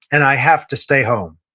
and i have to stay home.